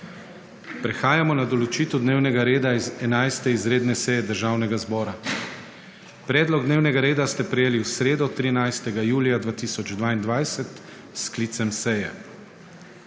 Prehajamo na določitev dnevnega reda 11. izredne seje Državnega zbora. Predlog dnevnega reda ste prejeli v sredo, 13. julija 2022, s sklicem seje.